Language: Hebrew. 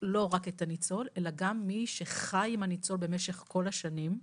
לא רק את הניצול אלא גם מי שחי עם הניצול במשך כל השנים,